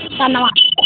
धन्नबाद